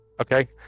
Okay